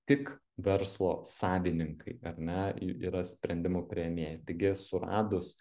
tik verslo savininkai ar ne i yra sprendimų priėmėjai taigi suradus